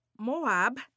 Moab